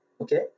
Okay